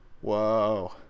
whoa